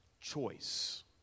choice